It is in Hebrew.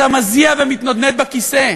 אתה מזיע ומתנדנד בכיסא.